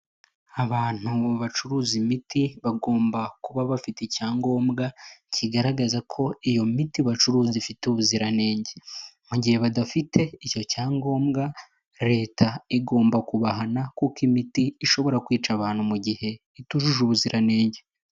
Abantu bacuruza imiti bagomba kuba bafite icyangombwa kigaragaza ko iyo miti bacuruza ifite ubuziranenge, mu gihe badafite icyo cyanyangombwa leta igomba kubahana kuko imiti ishobora kwica abantu mu gihe itujuje ubuziranenge.